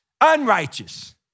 unrighteous